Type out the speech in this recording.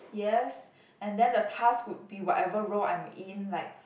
yes and then the task would be whatever role I'm in like